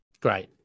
great